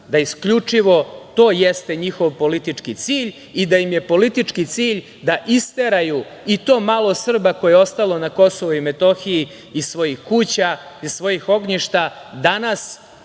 da isključivo to jeste njihov politički cilj i da im je politički cilj da isteraju i to malo Srba koje je ostalo na KiM iz svojih kuća, iz svojih ognjišta danas